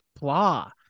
blah